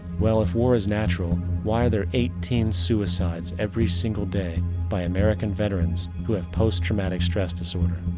well if war is natural, why are there eighteen suicides every single day by american veterans who have post-traumatic stress disorder?